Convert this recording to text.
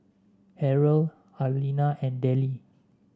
Harrell Arlena and Dellie